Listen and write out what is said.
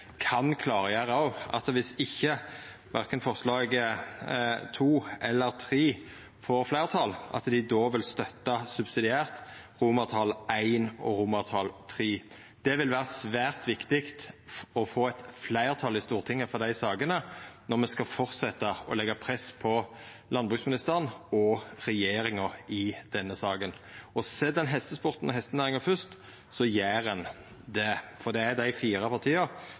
at dei, viss verken forslag nr. 2 eller 3 får fleirtal, subsidiært vil støtta I og III. Det vil vera svært viktig å få eit fleirtal i Stortinget for dei sakene når me skal fortsetja å leggja press på landbruksministeren og regjeringa i denne saka. Set ein hestesporten og hestenæringa først, gjer ein det, for det er dei fire partia